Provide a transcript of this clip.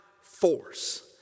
force